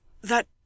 that